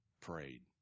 prayed